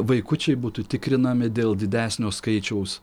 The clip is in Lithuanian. vaikučiai būtų tikrinami dėl didesnio skaičiaus